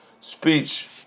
speech